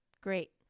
Great